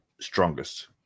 strongest